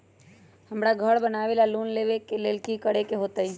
हमरा घर बनाबे ला लोन चाहि ओ लेल की की करे के होतई?